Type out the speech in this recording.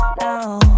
now